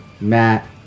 Matt